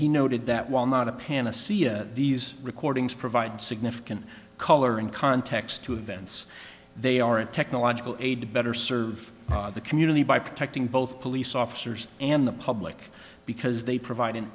he noted that while not a panacea these recordings provide significant color and context to events they aren't technological aid to better serve the community by protecting both police officers and the public because they provide an